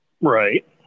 right